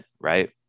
right